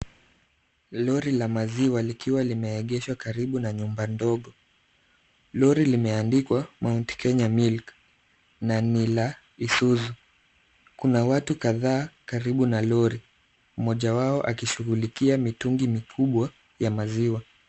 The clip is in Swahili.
Lori la maziwa likiwa limeegeshwa karibu na nyumba ndogo. Lori limeandikwa Mount Kenya Milk na ni la Isuzu. Kuna watu kadhaa karibu na lori, mmoja wao akishughulikia mitungi mikubwa ya maziwa.